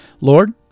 Lord